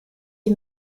die